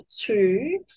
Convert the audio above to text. two